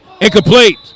incomplete